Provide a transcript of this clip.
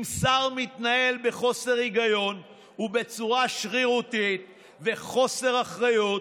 אם שר מתנהל בחוסר היגיון ובצורה שרירותית ובחוסר אחריות,